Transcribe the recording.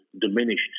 diminished